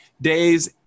days